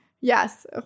Yes